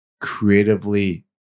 creatively